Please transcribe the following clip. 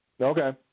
Okay